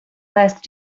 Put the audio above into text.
asked